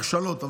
חלשות,